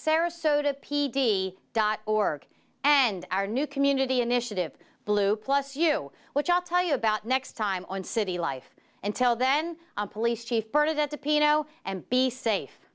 sarasota p d dot org and our new community initiative blue plus you which i'll tell you about next time on city life until then police chief part of that the peano and be safe